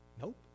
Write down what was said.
Nope